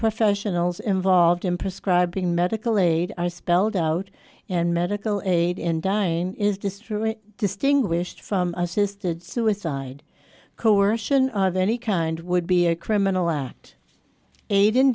professionals involved in prescribing medical aid are spelled out in medical aid in dying is this true distinguished from assisted suicide coercion of any kind would be a criminal act a